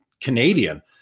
Canadian